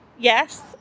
Yes